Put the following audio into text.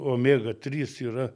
omega trys yra